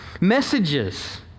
Messages